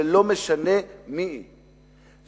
ולא משנה מי היא,